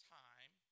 time